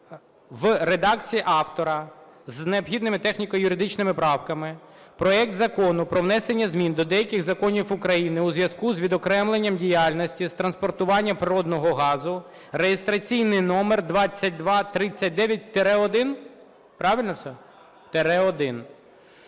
в редакції автора з необхідними техніко-юридичними правками проект Закону про внесення змін до деяких законів України у зв'язку з відокремленням діяльності з транспортування природного газу (реєстраційний номер 2239-1). Правильно все? Тире